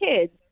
kids